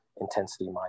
intensity